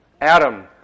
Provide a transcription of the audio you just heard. Adam